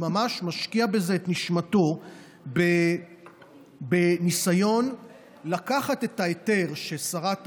שממש משקיע בזה את נשמתו בניסיון לקחת את ההיתר ששרת